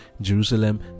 Jerusalem